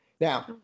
Now